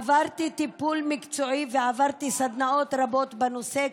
עברתי טיפול מקצועי ועברתי סדנאות רבות בנושא,